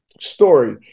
story